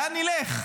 לאן נלך?